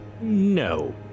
No